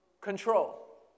Control